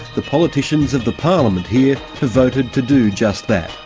the politicians of the parliament here have voted to do just that.